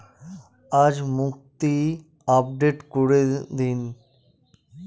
আজ মুক্তি আপডেট করে দিন